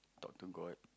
talk to god